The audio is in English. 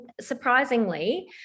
surprisingly